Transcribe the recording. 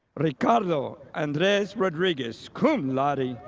ricardo andres rodriguez, cum laude,